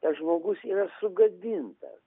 tas žmogus yra sugadintas